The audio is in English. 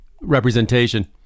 representation